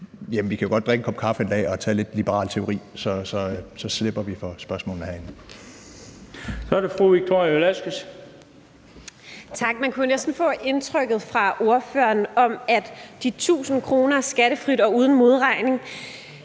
vi kan godt drikke en kop kaffe en dag og tage lidt liberal teori – så slipper vi for spørgsmålene